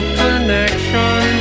connection